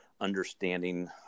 understanding